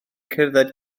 cerdded